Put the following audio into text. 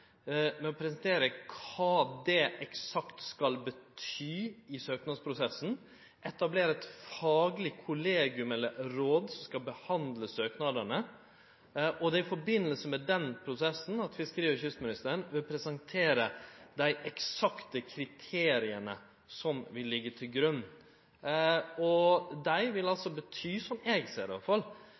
presentere kva det eksakt skal bety i søknadsprosessen, og etablere eit fagleg kollegium eller råd som skal behandle søknadene, og det er i forbindelse med den prosessen fiskeri- og kystministeren vil presentere dei eksakte kriteria som vil liggje til grunn. Dei vil altså bety, i alle fall slik eg ser det,